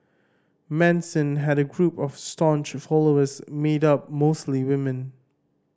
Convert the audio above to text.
Manson had a group of staunch followers made up mostly women